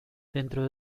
dentro